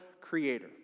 creator